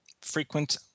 Frequent